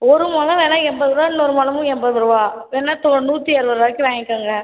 ஒரு மொழம் வேணா எண்பது ரூபா இன்னொரு மொழமும் எண்பது ரூபா வேணா தொ நூற்றி அறுபது ரூபாய்க்கு வாய்ங்கிக்கோங்க